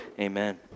amen